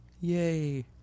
yay